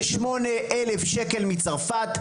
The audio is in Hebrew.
58,000 שקל מצרפת,